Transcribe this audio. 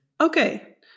okay